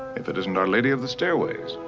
if it isn't our lady of the stairways.